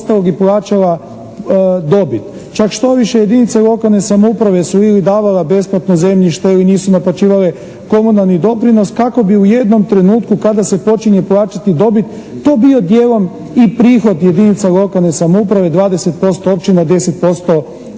ostalog i plaćala dobit. Čak štovište jedinice lokalne samouprave su ili davala besplatno zemljište ili nisu naplaćivale komunalni doprinos kako bi u jednom trenutku kada se počinje plaćati dobit to bio dijelom i prihod jedinica lokalne samouprave 20% općina, 10% županije,